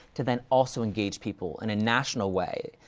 to then also engage people in a national way,